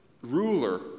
ruler